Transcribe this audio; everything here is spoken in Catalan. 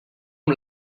amb